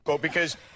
because-